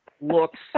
looks